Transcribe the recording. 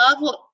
love